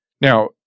now